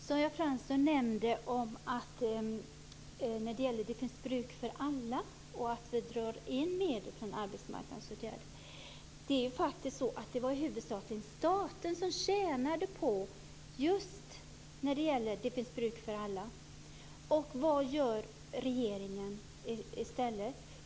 Fru talman! Sonja Fransson nämnde Det finns bruk för alla och att vi drar in medel från arbetsmarknadsåtgärder. Men det var faktiskt staten som tjänade på just Det finns bruk för alla. Vad gör regeringen i stället?